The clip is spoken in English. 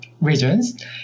regions